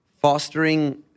fostering